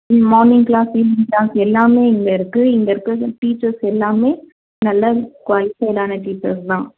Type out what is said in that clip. morning class evening class எல்லாம் இங்கே இருக்குது இங்கே இருக்கிற டீச்சர்ஸ் எல்லாம் நல்ல குவாலிஃபைடான டீச்சர் தான்